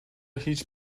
هیچ